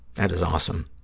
that is awesome.